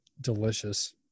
delicious